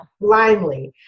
blindly